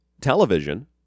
television